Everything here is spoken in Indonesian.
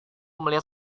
melihat